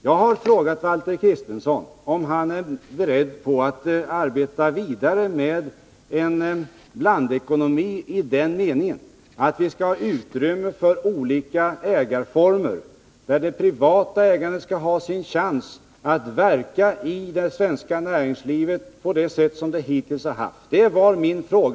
Jag har frågat Valter Kristenson om han är beredd att arbeta vidare med en blandekonomi i den meningen att vi skall ha utrymme för olika ägarformer, och där det privata ägandet skall ha sin chans att verka i det svenska näringslivet på samma sätt som hittills. Det var min fråga.